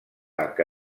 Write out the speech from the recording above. que